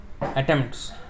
attempts